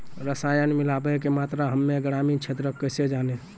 रसायन मिलाबै के मात्रा हम्मे ग्रामीण क्षेत्रक कैसे जानै?